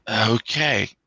Okay